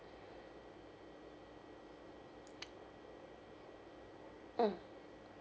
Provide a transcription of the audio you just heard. mm